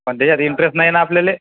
पण त्याच्यात इंटरेस्ट नाही ना आपल्याला